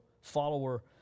follower